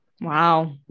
Wow